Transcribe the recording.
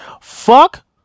fuck